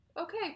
okay